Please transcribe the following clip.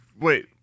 Wait